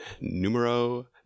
numero